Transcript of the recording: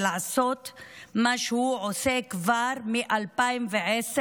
ולעשות מה שהוא עושה כבר מ-2010,